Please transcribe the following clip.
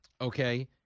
Okay